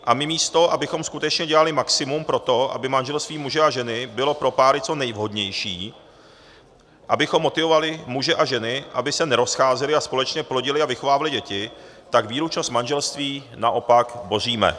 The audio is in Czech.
A my místo abychom skutečně dělali maximum pro to, aby manželství muže a ženy bylo pro páry co nejvhodnější, abychom motivovali muže a ženy, aby se nerozcházeli a společně plodili a vychovávali děti, tak výlučnost manželství naopak boříme.